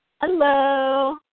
Hello